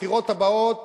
הבחירות הבאות,